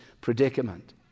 predicament